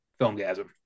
filmgasm